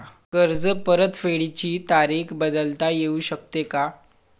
कर्ज परतफेडीची तारीख बदलता येऊ शकते का?